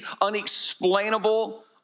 unexplainable